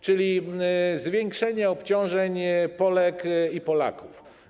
Chodzi o zwiększenie obciążeń Polek i Polaków.